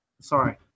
Sorry